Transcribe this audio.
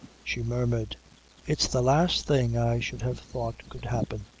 she murmured it's the last thing i should have thought could happen.